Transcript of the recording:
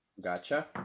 Gotcha